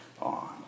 on